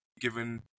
given